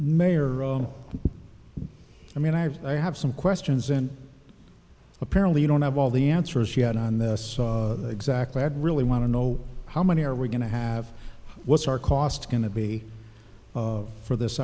mayor i mean i've i have some questions and apparently you don't have all the answers yet on this exactly i'd really want to know how many are we going to have what's our cost going to be for this